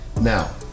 Now